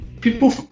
people